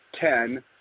ten